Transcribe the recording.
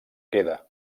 queda